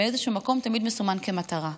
באיזשהו מקום תמיד מסומן כמטרה.